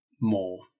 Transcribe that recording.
more